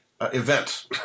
event